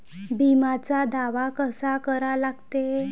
बिम्याचा दावा कसा करा लागते?